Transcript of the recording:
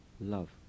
love